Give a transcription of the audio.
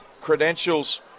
credentials